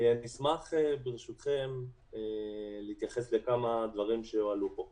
אני אשמח ברשותכם להתייחס לכמה דברים שהועלו פה.